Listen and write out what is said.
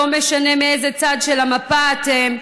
לא משנה מאיזה צד של המפה אתם,